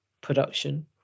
production